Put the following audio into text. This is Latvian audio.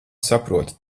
saprotu